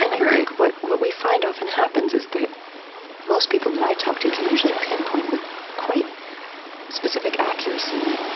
and like what what we find often happens is that most people that i talk to can usually pinpoint, with quite specific accuracy,